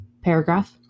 paragraph